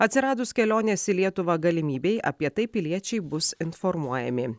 atsiradus kelionės į lietuvą galimybei apie tai piliečiai bus informuojami